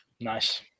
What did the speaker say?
nice